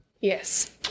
Yes